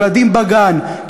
ילדים בגן.